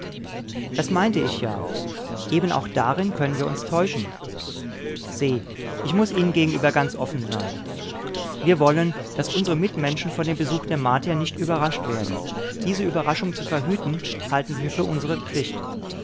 das meinte ich ja eben auch darin können wir uns täuschen se ich muß ihnen gegenüber ganz offen sein wir wollen daß unsere mitmenschen von dem besuch der martier nicht überrascht werden diese überraschung zu verhüten halten wir für unsere pflicht